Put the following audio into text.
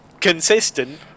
consistent